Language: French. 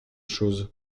chose